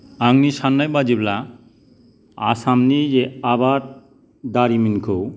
आंनि साननाय बादिब्ला आसामनि जे आबाद दारिमिनखौ